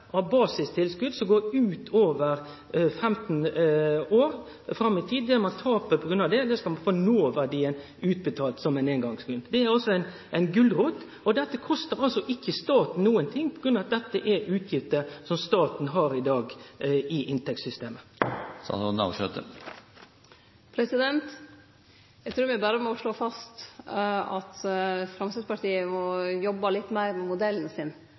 av basistilskot som går ut over 15 år fram i tid. Det ein taper på grunn av det, skal ein få noverdien av utbetalt som ein eingongssum. Dette er ei gulrot, og det kostar altså ikkje staten noko, for dette er utgifter som staten har i inntektssystemet i dag. Eg trur me berre må slå fast at Framstegspartiet må jobbe litt meir med modellen sin